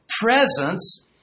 presence